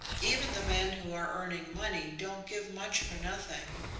even the men who are earning money don't give much for nothing.